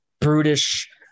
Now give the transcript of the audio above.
brutish